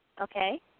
Okay